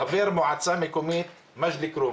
חבר מועצה מקומית של מג'דל כרום